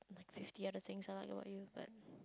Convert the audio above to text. like fifty other things I like about you but